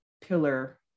pillar